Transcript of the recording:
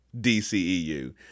DCEU